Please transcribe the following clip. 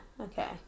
Okay